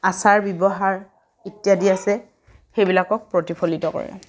আচাৰ ব্যৱহাৰ ইত্যাদি আছে সেইবিলাকক প্ৰতিফলিত কৰে